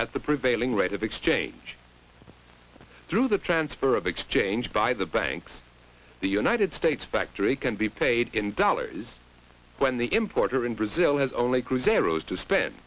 as the prevailing rate of exchange through the transfer of exchange by the banks the united states factory can be paid in dollars when the importer in brazil has only cruzeiros to spend